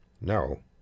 No